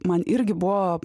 man irgi buvo